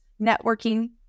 networking